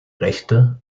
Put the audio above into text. rechte